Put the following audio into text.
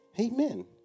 Amen